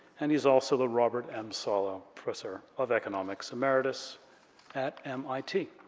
and he's also the robert m. solow professor of economics emeritus at mit.